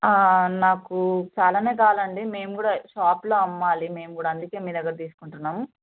నాకు చాలా కావాలండి మేము కూడా షాప్లో అమ్మాలి మేము కూడా అందుకని మీ దగ్గర తీసుకుంటున్నాం